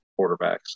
quarterbacks